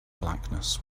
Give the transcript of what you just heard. blackness